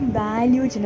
value